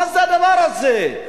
מה זה הדבר הזה?